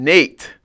Nate